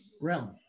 realm